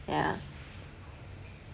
yeah